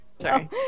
Sorry